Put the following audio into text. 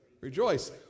Rejoice